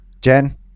Jen